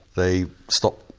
they stop.